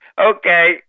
Okay